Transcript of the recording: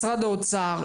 משרד האוצר,